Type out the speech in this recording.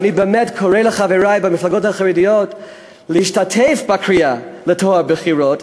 ואני באמת קורא לחברי במפלגות החרדיות להשתתף בקריאה לטוהר הבחירות,